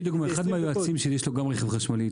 לדוגמה, לאחד מהיועצים שלי יש גם רכב חשמלי.